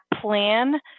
plan